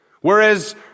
whereas